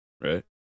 Right